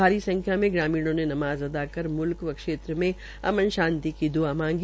भारी संख्या में ग्रामीणों ने नमाज़ अदा कर मुल्क व क्षेत्र में अमन शांति की द्आ मांगी